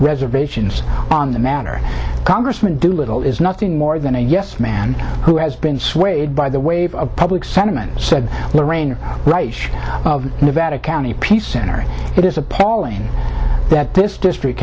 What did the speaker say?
reservations on the matter congressman doolittle is nothing more than a yes man who has been swayed by the wave of public sentiment said lorraine wright nevada county peace center it is appalling that this district